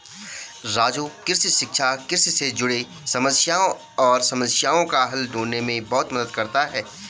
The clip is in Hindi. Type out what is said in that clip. राजू कृषि शिक्षा कृषि से जुड़े समस्याएं और समस्याओं का हल ढूंढने में बहुत मदद करता है